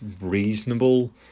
reasonable